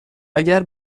اگر